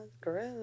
gross